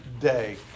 day